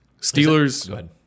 Steelers